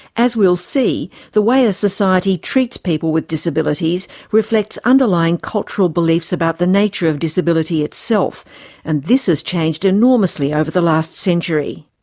as we'll see, the way a society treats people with disabilities reflects underlying cultural beliefs about the nature of disability itself and this has changed enormously over the last century.